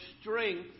strength